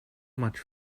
much